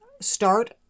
start